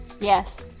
yes